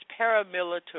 paramilitary